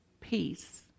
Peace